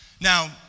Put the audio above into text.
Now